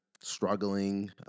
struggling